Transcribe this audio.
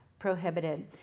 prohibited